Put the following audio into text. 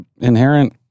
inherent